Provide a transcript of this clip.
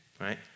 right